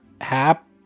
Hap